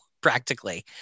practically